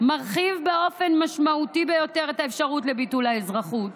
מרחיב באופן משמעותי ביותר את האפשרות לביטול האזרחות